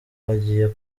hagiye